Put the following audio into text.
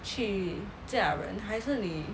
去嫁人还你